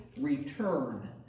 return